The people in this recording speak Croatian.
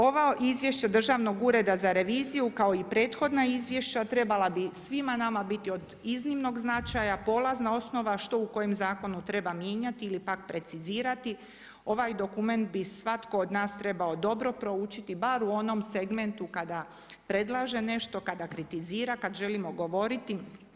Ovo izvješće Državnog ureda za reviziju kao i prethodna izvješća, trebala bi svi nama biti od iznimnog značaja, polazna osnova, što u kojem zakonu treba mijenjati ili pak precizirati, ovaj dokument bi svatko od nas treba dobro proučiti, bar u onom segmentu kada predlaže nešto, kada kritizira, kad želimo govoriti.